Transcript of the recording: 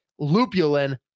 Lupulin